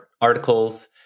articles